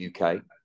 UK